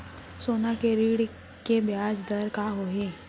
सोना के ऋण के ब्याज दर का होही?